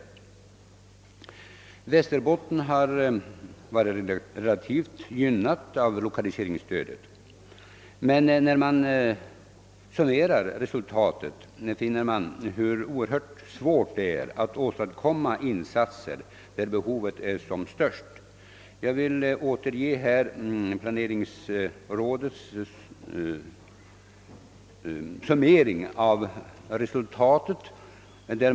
Västerbotten har varit relativt gynnat av lokaliseringsstödet. Det är emellertid oerhört svårt att åstadkomma insatser där behovet är störst. Jag vill återge planeringsrådets summering av resultatet.